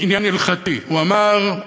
עניין הלכתי, הוא אמר: